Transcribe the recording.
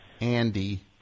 Andy